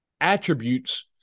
attributes